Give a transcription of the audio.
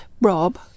Rob